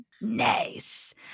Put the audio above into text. nice